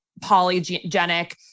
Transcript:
polygenic